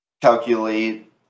calculate